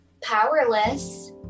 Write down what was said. powerless